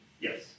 Yes